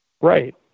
Right